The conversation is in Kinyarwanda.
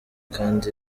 kanda